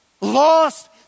lost